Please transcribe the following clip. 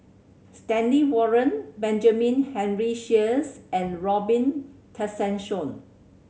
Stanley Warren Benjamin Henry Sheares and Robin Tessensohn